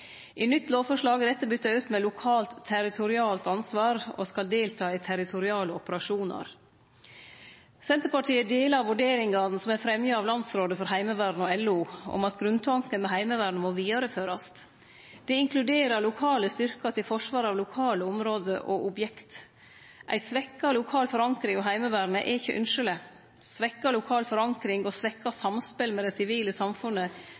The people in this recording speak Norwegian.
I nytt lovforslag er dette bytta ut med «lokalt territorielt ansvar og skal delta i territorielle operasjoner». Senterpartiet deler vurderingane som er fremja av Landsrådet for Heimevernet og LO, om at grunntanken med Heimevernet må vidareførast. Det inkluderer lokale styrkar til forsvar av lokale område og objekt. Ei svekt lokal forankring av Heimevernet er ikkje ynskjeleg. Svekt lokal forankring og svekt samspel med det sivile samfunnet